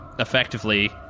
effectively